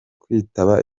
kwitaba